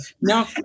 no